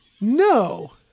no